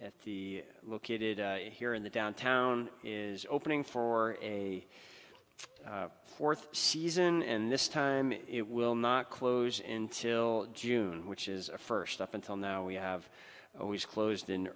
at the located here in the downtown is opening for a fourth season and this time it will not close in till june which is a first up until now we have always closed in